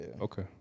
okay